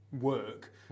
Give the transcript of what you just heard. work